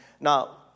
Now